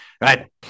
Right